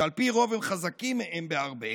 שעל פי רוב הם חזקים מהם בהרבה,